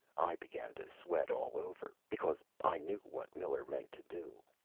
i began to sweat all over, because i knew what miller meant to do.